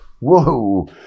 whoa